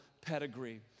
pedigree